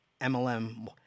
MLM